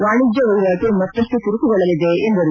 ವಾಣಿಜ್ಯ ವಹಿವಾಟು ಮತ್ತಷ್ಟು ಚುರುಕುಗೊಳ್ಳಲಿದೆ ಎಂದರು